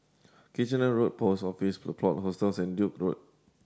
Kitchener Road Post Office The Plot Hostels and Duke's Road